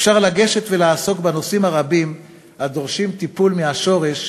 אפשר לגשת ולעסוק בנושאים הרבים הדורשים טיפול מהשורש,